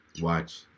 watch